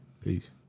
Peace